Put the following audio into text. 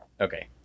Okay